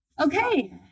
Okay